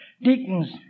deacons